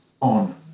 on